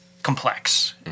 complex